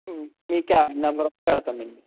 మీ cab number పెడతాను అండి